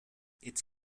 its